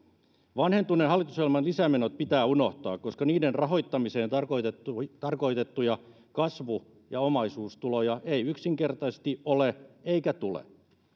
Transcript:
vanhentuneen hallitusohjelman lisämenot pitää unohtaa koska niiden rahoittamiseen tarkoitettuja tarkoitettuja kasvu ja omaisuustuloja ei yksinkertaisesti ole eikä tule